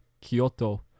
Kyoto